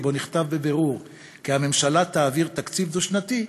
שבו נכתב בבירור כי הממשלה תעביר תקציב דו-שנתי,